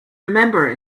remember